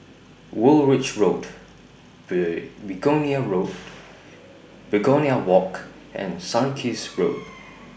Woolwich Road Begonia Road Begonia Walk and Sarkies Road